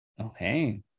Okay